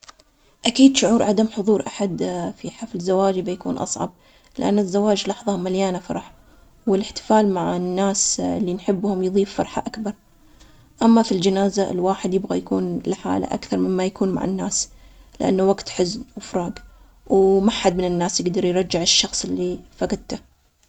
شعور عدم حضور أحد لحفل زفافي, حيكون مؤلم بالنسبالي, بس شعور عدم حضور أحد جنازتي, هذا أخطر, في الجنازة يعني الناس فقدوني, وهذا يحسسني بالوحدة, لكن في حفل الزفاف, المفروض يكون يوم سعيد, بيكون يوم فرح مع الأهل والأصدقاء, كل موقف له تأثيره, لكن فقدان الأصدقاء في الجنازة, حيحسسني بالفراغ.